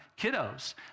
kiddos